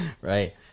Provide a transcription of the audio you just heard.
right